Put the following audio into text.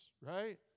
right